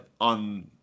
on